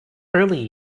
early